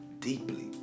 deeply